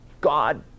God